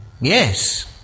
Yes